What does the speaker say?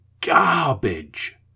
garbage